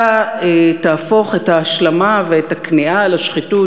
אתה תהפוך את ההשלמה ואת הכניעה לשחיתות,